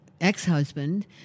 ex-husband